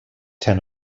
ten